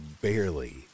barely